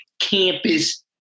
campus